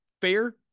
fair